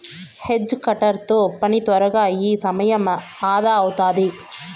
hedge cutter తో పని త్వరగా అయి సమయం అదా అవుతాది